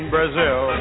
Brazil